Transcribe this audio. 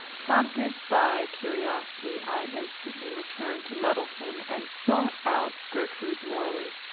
prompted by curiosity, i instantly returned to muddleton and sought out gertrude morley.